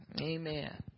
Amen